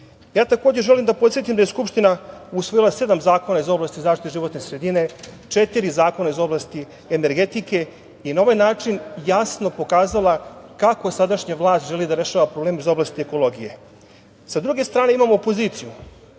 razviju. Takođe želim da podsetim da je Skupština usvojila sedam zakona iz oblasti zaštite životne sredine, četiri zakona iz oblasti energetike i na ovaj način jasno pokazala kako sadašnja vlast želi da rešava probleme iz oblasti ekologije. Sa druge strane imamo opoziciju